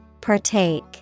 Partake